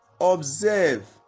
observe